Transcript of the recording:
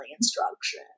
instruction